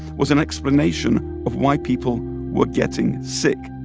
was an explanation of why people were getting sick